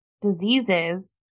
diseases